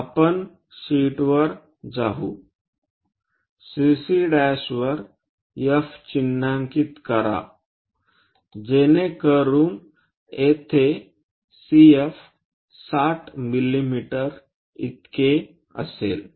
आपल्या शीटवर जाऊ CC' वर F चिन्हांकित करा जेणेकरून येथे CF 60 मिमी इतके असेल